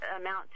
amount